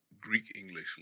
Greek-English